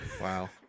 Wow